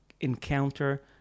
encounter